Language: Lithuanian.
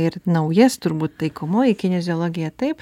ir naujas turbūt taikomoji kineziologija taip